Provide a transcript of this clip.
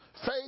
Faith